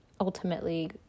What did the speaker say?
ultimately